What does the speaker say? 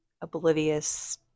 oblivious